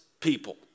people